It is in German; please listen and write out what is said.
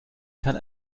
kann